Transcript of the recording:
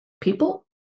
people